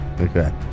Okay